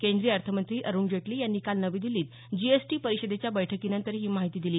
केंद्रीय अर्थमंत्री अरुण जेटली यांनी काल नवी दिल्लीत जीएसटी परिषदेच्या बैठकीनंतर ही माहिती दिली